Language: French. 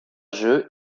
jeux